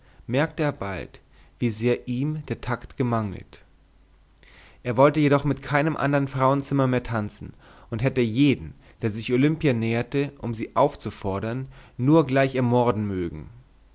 merkte er bald wie sehr ihm der takt gemangelt er wollte jedoch mit keinem andern frauenzimmer mehr tanzen und hätte jeden der sich olimpia näherte um sie aufzufordern nur gleich ermorden mögen